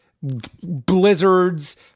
blizzards